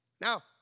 Now